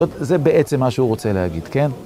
זאת בעצם מה שהוא רוצה להגיד, כן?